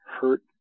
hurt